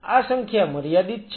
આ સંખ્યા મર્યાદિત છે